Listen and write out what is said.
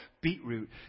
beetroot